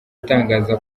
atangaza